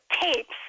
tapes